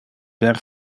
per